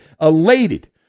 Elated